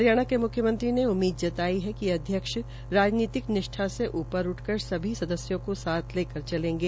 हरियाणा के मुख्यमंत्री ने उम्मीद जताई है कि अध्यक्ष राजनीतिक निष्ठा से ऊपर उठकर सभी सदस्यों को साथ लेकर चलेंगे